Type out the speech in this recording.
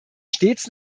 stets